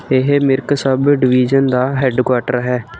ਇਹ ਮਿਰਕ sub division ਦਾ ਹੈੱਡਕੁਆਰਟਰ ਹੈ